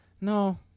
No